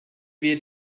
wir